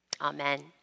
Amen